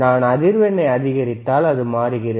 நான் அதிர்வெண்ணை அதிகரித்தால் அது மாறுகிறது